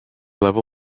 level